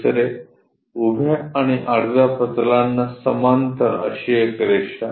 दुसरे उभ्या आणि आडव्या प्रतलांना समांतर अशी एक रेषा